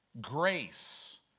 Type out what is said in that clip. grace